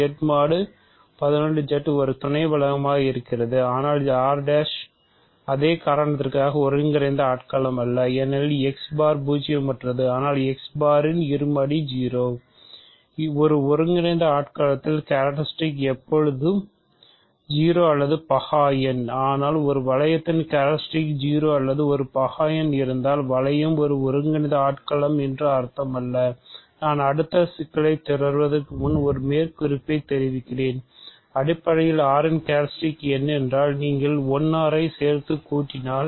Z mod 11 Z ஒரு துணை வளையமாக இருக்கிறது ஆனால் R அதே காரணத்திற்காக ஒருங்கிணைந்த ஆட்களமல்ல ஏனெனில் x பார் பூஜ்ஜியமற்றது ஆனால் x பார் ன் இருமடி 0 ஒரு ஒருங்கிணைந்த ஆட்களத்தின் கேரக்ட்ரிஸ்டிக் n என்றால் நீங்கள் ஐச் சேர்த்துச் கூட்டினால்